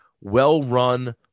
well-run